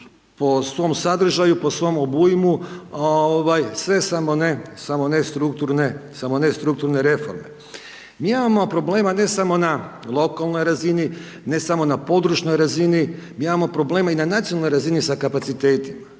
po svom sadržaju, po svom obujmu sve samo strukturne reforme. Mi imamo problema ne samo na lokalnoj razini, ne samo na područnoj razini, mi imamo probleme i na nacionalnoj razini sa kapacitetima.